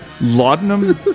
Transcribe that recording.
Laudanum